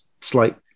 slight